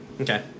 Okay